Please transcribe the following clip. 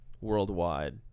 worldwide